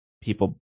people